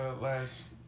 last